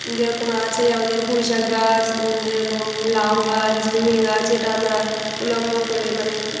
যেরকম আছে আমাদের পুঁইশাক গাছ এরকম লাউ গাছ ঝিঙে গাছ যেটা আমরা উল্লম্ব করে মানে